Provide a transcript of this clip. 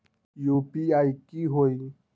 UPI की होई?